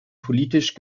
politisch